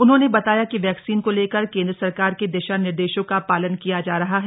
उन्होंने बताया कि वैक्सीन को लेकर केंद्र सरकार के दिशा निर्देशों का पालन किया जा रहा है